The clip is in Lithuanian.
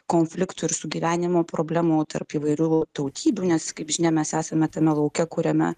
konfliktų ir sugyvenimo problemų tarp įvairių tautybių nes kaip žinia mes esame tame lauke kuriame